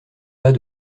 pas